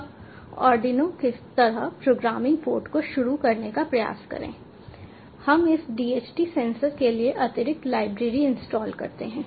अब आर्डिनो की तरह प्रोग्रामिंग पार्ट को शुरू करने का प्रयास करें हम इस DHT सेंसर के लिए अतिरिक्त लाइब्रेरी इंस्टॉल करते हैं